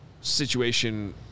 situation